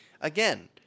Again